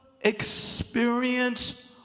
experience